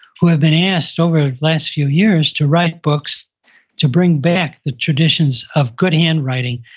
who have been asked over the last few years to write books to bring back the traditions of good handwriting,